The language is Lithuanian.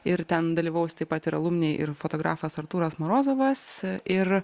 ir ten dalyvaus taip pat ir alumniai ir fotografas artūras morozovas ir